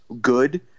good